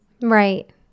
Right